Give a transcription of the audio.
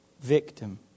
victim